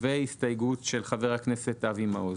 אחת של סיעת חד"ש-תע"ל.